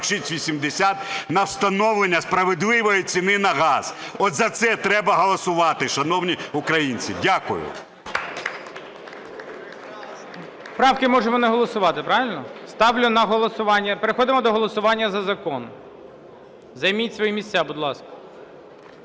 на встановлення справедливої ціни на газ. От за це треба голосувати, шановні українці. Дякую. ГОЛОВУЮЧИЙ. Правки можемо не голосувати, правильно? Переходимо до голосування за закон. Займіть свої місця, будь ласка.